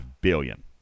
billion